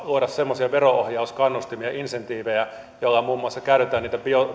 luoda semmoisia verokannustimia insentiivejä joilla muun muassa käytetään